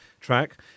track